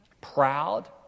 proud